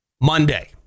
Monday